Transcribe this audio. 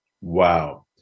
Wow